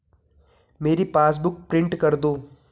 मेरी passbook print कर दो